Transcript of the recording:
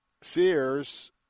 Sears